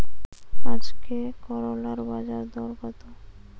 আজকে করলার বাজারদর কত?